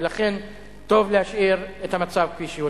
ולכן טוב להשאיר את המצב כפי שהוא.